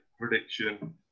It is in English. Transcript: prediction